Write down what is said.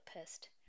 pissed